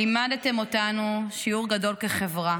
לימדתם אותנו שיעור גדול כחברה